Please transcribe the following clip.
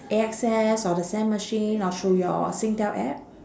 A_X_S or the SAM machine or through your singtel app